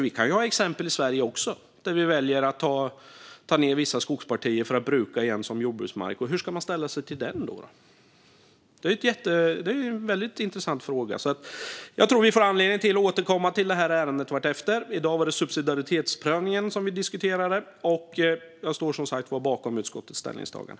Vi kan ju också i Sverige ha exempel där vi väljer att ta ned vissa skogspartier för att bruka marken som jordbruksmark. Hur ska man då ställa sig till den? Det är en väldigt intressant fråga. Jag tror att vi får anledning att återkomma till detta ärende vartefter. I dag var det subsidiaritetsprövningen som vi diskuterade. Jag står som sagt bakom utskottets ställningstagande.